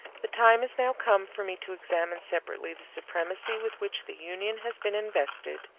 the time is now come for me to examine separately the supremacy with which the union has been invested,